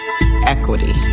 Equity